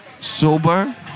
sober